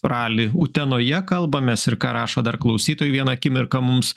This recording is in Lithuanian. ralį utenoje kalbamės ir ką rašo dar klausytojai vieną akimirką mums